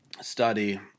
study